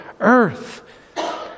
earth